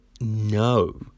no